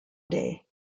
day